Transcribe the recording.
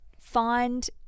find